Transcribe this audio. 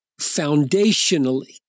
foundationally